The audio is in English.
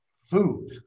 food